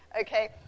okay